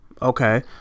Okay